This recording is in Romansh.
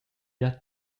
gia